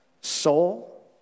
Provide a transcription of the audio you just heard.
Soul